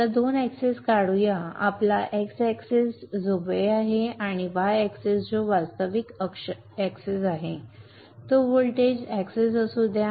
चला दोन एक्सिस काढूया आपला x अक्ष जो वेळ आहे y अक्ष जो वास्तविक अक्ष आहे तो व्होल्टेज अक्ष असू द्या